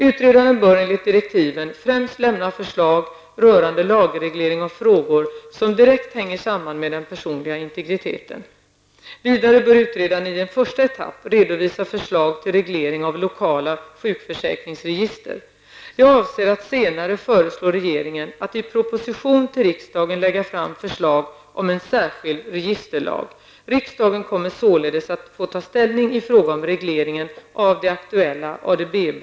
Utredaren bör enligt direktiven främst lämna förslag rörande lagreglering av frågor som direkt hänger samman med den personliga integriteten. Vidare bör utredaren i en första etapp redovisa förslag till reglering av lokala sjukförsäkringsregister. Jag avser att senare föreslå regeringen att i proposition till riksdagen lägga fram förslag om en särskild registerlag. Riksdagen kommer således att få ta ställning i fråga om regleringen av aktuella ADB